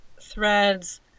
threads